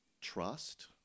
trust